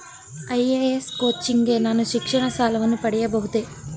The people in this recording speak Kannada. ಐ.ಎ.ಎಸ್ ಕೋಚಿಂಗ್ ಗೆ ನಾನು ಶಿಕ್ಷಣ ಸಾಲವನ್ನು ಪಡೆಯಬಹುದೇ?